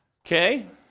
Okay